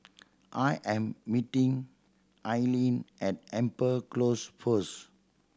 I am meeting Aileen at Amber Close first